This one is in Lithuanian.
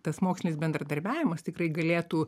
tas mokslinis bendradarbiavimas tikrai galėtų